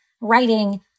writing